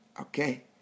okay